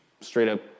straight-up